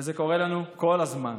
וזה קורה לנו כל הזמן.